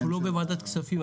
אנחנו לא בוועדת הכספים.